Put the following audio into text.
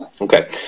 Okay